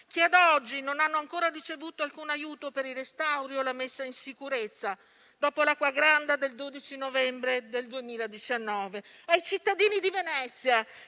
che ad oggi non hanno ancora ricevuto alcun aiuto per il restauro e la messa in sicurezza dopo l'acqua grande del 12 novembre del 2019. Lo dedico ai cittadini di Venezia,